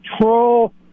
troll